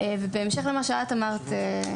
ובהמשך למה שאת אמרת,